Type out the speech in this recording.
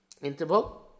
interval